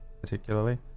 particularly